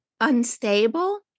unstable